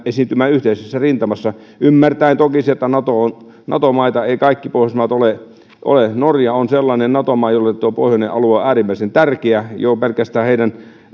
esiintymään yhteisessä rintamassa ymmärtäen toki sen että nato maita eivät kaikki pohjoismaat ole ole norja on sellainen nato maa jolle pohjoinen alue on äärimmäisen tärkeä jo pelkästään heidän